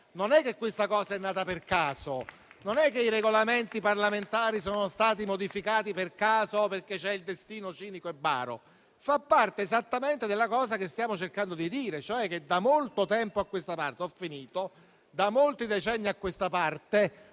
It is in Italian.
Non è che questa cosa è nata per caso. Non è che i Regolamenti parlamentari sono stati modificati per caso, perché c'è il destino cinico e baro. Ciò fa parte esattamente della cosa che stiamo cercando di dire, cioè che da molto tempo a questa parte, da molti decenni a questa parte,